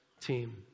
team